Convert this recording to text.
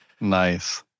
nice